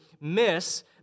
miss